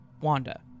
Wanda